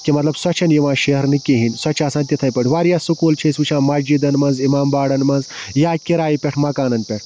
کہِ مطلب سۄ چھِنہٕ یِوان شیہرنہٕ کِہیٖنۍ سۄ چھِ آسان تِتھٕے پٲٹھۍ واریاہ سُکوٗل چھِ أسۍ وٕچھان مسجدَن منٛز امام باڑَن منٛز یا کرایہِ پٮ۪ٹھ مکانَن پٮ۪ٹھ